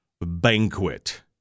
banquet